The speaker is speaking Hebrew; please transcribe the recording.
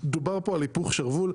דובר פה על היפך שרוול.